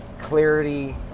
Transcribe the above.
clarity